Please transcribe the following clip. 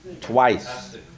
twice